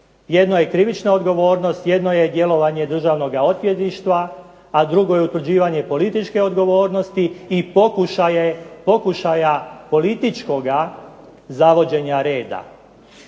Jedno je krivična odgovornost, jedno je djelovanje Državnoga odvjetništva, a drugo je utvrđivanje političke odgovornosti i pokušaja političkoga zavođenja reda